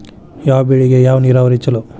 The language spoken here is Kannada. ಯಾವ ಬೆಳಿಗೆ ಯಾವ ನೇರಾವರಿ ಛಲೋ?